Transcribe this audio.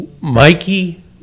Mikey